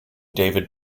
david